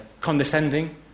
condescending